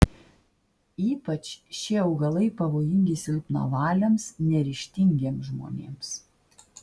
ypač šie augalai pavojingi silpnavaliams neryžtingiems žmonėms